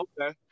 okay